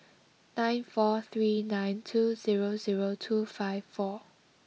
nine four three nine two zero zero two five four